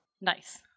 Nice